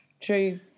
True